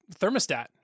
thermostat